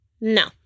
No